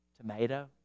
tomato